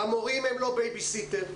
ההורים הם לא בייביסיטר,